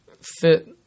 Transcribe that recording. fit